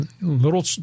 little